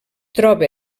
troba